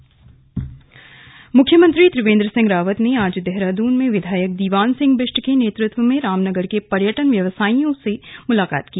मुलाकात मुख्यमंत्री त्रिवेन्द्र सिंह रावत से आज देहरादून में विधायक दीवान सिंह बिष्ट के नेतृत्व में रामनगर के पर्यटन व्यवसायियों ने मुलाकात की